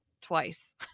twice